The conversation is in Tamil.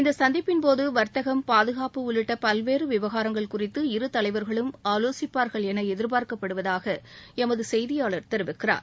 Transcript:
இந்த சந்திப்பின்போது வர்த்தகம் பாதுகாப்பு உள்ளிட்ட பல்வேறு விவகாரங்கள் குறித்து இரு தலைவர்களும் ஆலோசிப்பார்கள் என எதிர்பார்க்கப்படுவதாக எமது செய்தியாளர் தெரிவிக்கிறார்